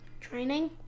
training